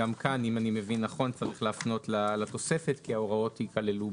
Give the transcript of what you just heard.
צריך להפנות לתוספת כי ההוראות ייכללו בה.